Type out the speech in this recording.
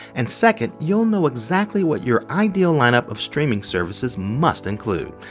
and second, you'll know exactly what your ideal lineup of streaming services must include.